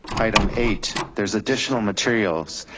item eight. there's additional materials.